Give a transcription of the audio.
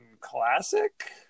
classic